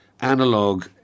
analog